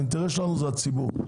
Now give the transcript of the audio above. האינטרס שלנו הוא הציבור.